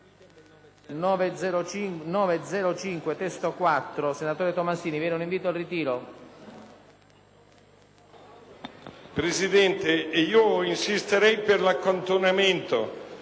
Presidente, insisterei per l'accantonamento